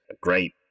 great